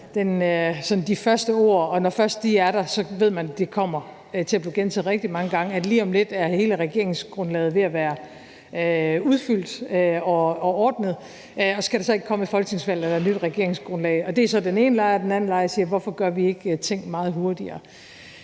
de første ord, og når først de er der, så ved man, at det kommer til at blive gentaget rigtig mange gange: Lige om lidt er hele regeringsgrundlaget ved at være udfyldt og ordnet, og skal der så ikke komme et folketingsvalg eller et nyt regeringsgrundlag? Det er så den ene lejr. Og den anden lejr siger: Hvorfor gør vi ikke ting meget hurtigere?